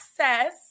access